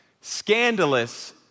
scandalous